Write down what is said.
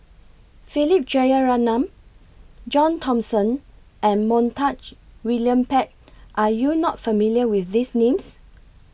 Philip Jeyaretnam John Thomson and Montague William Pett Are YOU not familiar with These Names